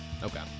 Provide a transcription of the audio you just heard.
Okay